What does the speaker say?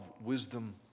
wisdom